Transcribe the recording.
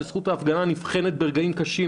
שהיא זכות שנבחנת ברגעים קשים,